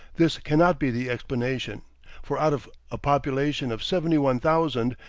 this cannot be the explanation for out of a population of seventy-one thousand,